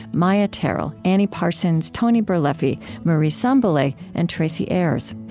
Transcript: maia tarrell, annie parsons, tony birleffi, marie sambilay, and tracy ayers.